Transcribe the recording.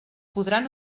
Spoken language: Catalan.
podran